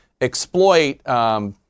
exploit